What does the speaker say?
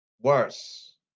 Worse